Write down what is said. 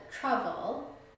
travel